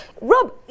Rob